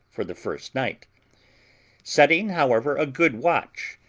for the first night setting, however, a good watch,